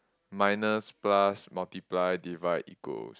minus plus multiply divide equals